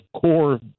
core